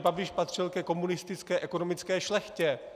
Andrej Babiš patřil ke komunistické ekonomické šlechtě.